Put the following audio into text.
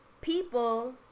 People